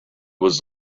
was